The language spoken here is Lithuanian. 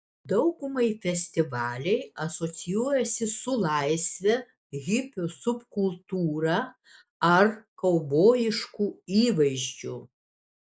daugumai festivaliai asocijuojasi su laisve hipių subkultūra ar kaubojišku įvaizdžiu